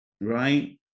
right